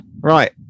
Right